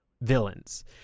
villains